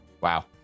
Wow